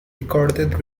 recorded